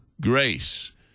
grace